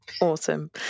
Awesome